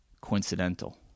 coincidental